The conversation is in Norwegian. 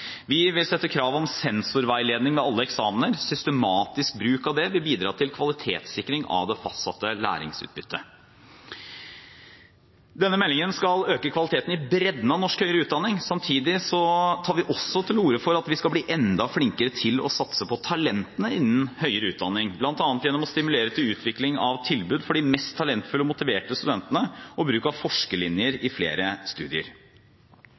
Vi vil sette krav om sensorveiledning ved alle eksamener. Systematisk bruk av det vil bidra til kvalitetssikring av det fastsatte læringsutbyttet. Denne meldingen skal øke kvaliteten i bredden av norsk høyere utdanning. Samtidig tar vi også til orde for at vi skal bli enda flinkere til å satse på talentene innen høyere utdanning, bl.a. gjennom å stimulere til utvikling av tilbud for de mest talentfulle og motiverte studentene og bruk av forskerlinjer i flere studier.